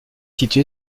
situé